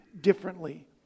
differently